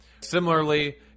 Similarly